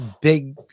Big